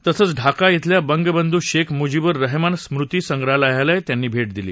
तसंच ढाका इथल्या बंगबंधु शेख मुजीबूर रहमान स्मृति संग्रहालयालाही त्यांनी भेट दिली